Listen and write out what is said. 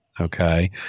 okay